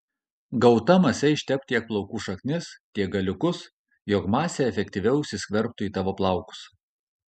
gauta mase ištepk tiek plaukų šaknis tiek galiukus jog masė efektyviau įsiskverbtų į tavo plaukus